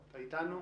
שלום,